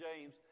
james